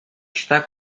está